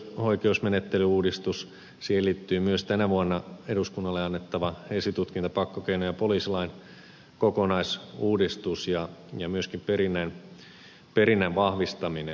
siihen liittyy myös tänä vuonna eduskunnalle annettava esitutkinta pakkokeino ja poliisilain kokonaisuudistus ja myöskin perinnän vahvistaminen